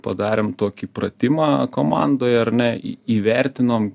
padarėm tokį pratimą komandoj ar ne įvertinom